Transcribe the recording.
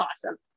awesome